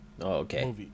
okay